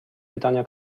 pytania